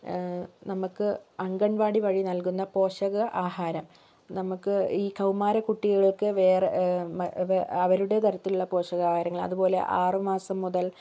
നമുക്ക് അംഗൻവാടി വഴി നൽകുന്ന പോഷക ആഹാരം നമുക്ക് ഈ കൗമാര കുട്ടികൾക്ക് വേറെ അവരുടെ തരത്തിലുള്ള പോഷകാഹാരങ്ങൾ അതുപോലെ ആറുമാസം മുതൽ